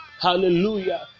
Hallelujah